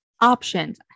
options